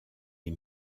les